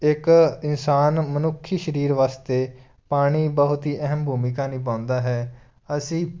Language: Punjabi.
ਇੱਕ ਇਨਸਾਨ ਮਨੁੱਖੀ ਸਰੀਰ ਵਾਸਤੇ ਪਾਣੀ ਬਹੁਤ ਹੀ ਅਹਿਮ ਭੂਮਿਕਾ ਨਿਭਾਉਂਦਾ ਹੈ ਅਸੀਂ